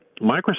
Microsoft